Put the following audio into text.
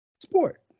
sport